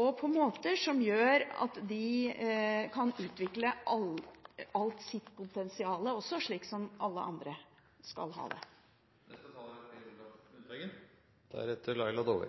og på måter som gjør at også de kan utvikle hele sitt potensial, slik som alle andre skal det.